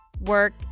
work